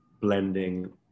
blending